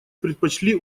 предпочли